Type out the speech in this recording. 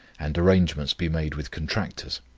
and arrangements be made with contractors.